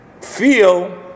feel